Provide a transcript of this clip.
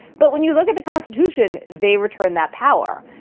but when you look at the constitution, they return that power.